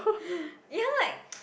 ya like